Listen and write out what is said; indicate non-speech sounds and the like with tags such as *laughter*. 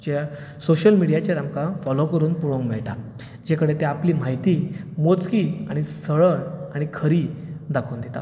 *unintelligible* social मिडियाचेर आमकां follow करून पळोवंक मेळटा जे कडेन ते आपली म्हायती मोजकी आनी सरळ आनी खरी दाखोवन दिता